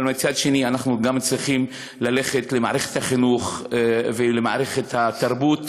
אבל מצד שני אנחנו גם צריכים ללכת למערכת החינוך ולמערכת התרבות,